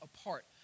apart